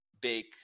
big